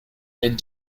and